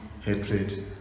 hatred